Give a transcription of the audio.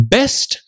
Best